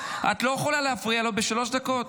את לא יכולה להפריע לו בשלוש דקות.